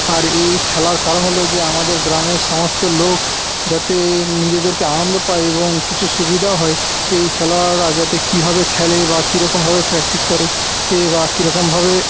আর এই খেলার কারণ হল যে আমাদের গ্রামের সমস্ত লোক যাতে নিজেদেরকে আনন্দ পায় এবং কিছু সুবিধাও হয় এই খেলোয়াড়রা যাতে কিভাবে খেলে বা কিরকমভাবে প্র্যাকটিস করে এই বা কিরকমভাবে